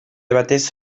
batez